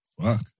Fuck